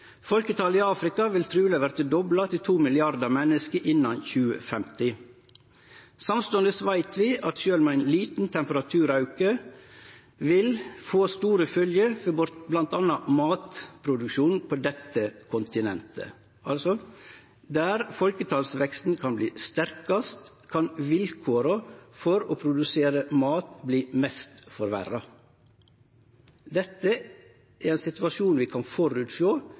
Folketalet i Afrika vil truleg verte dobla, til to milliardar menneske, innan 2050. Samstundes veit vi at sjølv ein liten temperaturauke vil få store følgjer for bl.a. matproduksjonen på dette kontinentet. Altså: Der folketalsveksten kan verte sterkast, kan vilkåra for å produsere mat forverre seg mest. Dette er ein situasjon vi kan